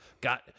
got